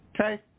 okay